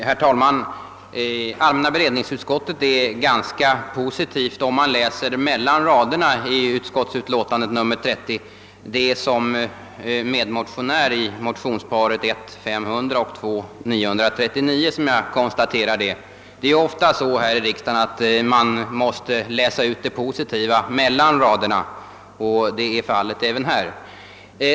Herr talman! Om man läser mellan raderna i allmänna beredningsutskottets utlåtande nr 30 finner man att utskottet ställer sig ganska positivt till våra förslag. Det är som en av motionärerna — vår motion har nr I: 500 och I1:939 — som jag konstaterar detta. Det är ju ofta så här i riksdagen att man måste läsa ut det positiva melian raderna, och det är fallet även här.